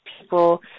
people